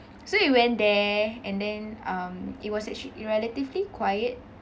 so we went there and then um it was actually i~ relatively quiet